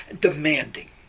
demanding